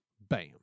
Bam